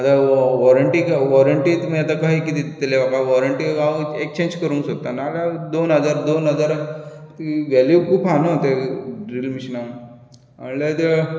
आतां वॉ वॉरिटीं काय वॉरिंटी तुमी कशें कितें दिलें तुमी म्हाका वॉरिंटी तें हांव एकचेंज करूंक सोदता नाजाल्यार दोन हजार दोन हजार वेल्यू खूब आहा न्हय ड्रिलींग मिशिनाक अळदे